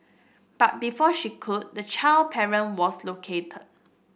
but before she could the child parent was located